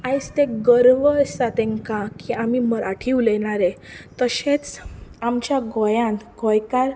आयज ते गर्व आसा तांकां की आमी मराठी उलयणारे तशेंच आमच्या गोंयांत गोंयकार